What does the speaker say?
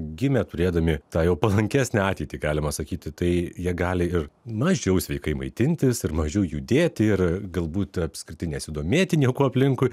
gimė turėdami tą jau palankesnę ateitį galima sakyti tai jie gali ir mažiau sveikai maitintis ir mažiau judėti ir galbūt apskritai nesidomėti niekuo aplinkui